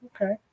Okay